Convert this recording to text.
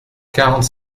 quarante